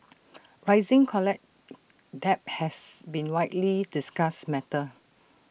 rising college debt has been widely discussed matter